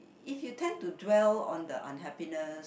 if you tend to dwell on the unhappiness